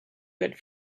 good